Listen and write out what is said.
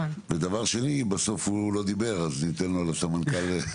דבר ני, בסוף הוא לא דיבר, אז ניתן לו, לסמנכ"ל.